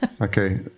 Okay